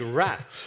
rat